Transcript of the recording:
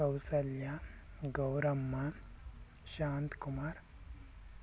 Kausalya Gauramma Shanth Kumar